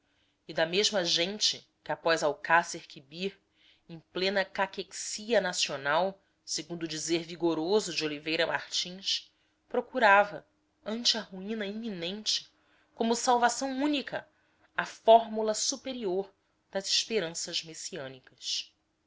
e da mesma gente que após alcácerquibir em plena caquexia nacional segundo o dizer vigoroso de oliveira martins procurava ante a ruína iminente como salvação única a fórmula superior das esperanças messiânicas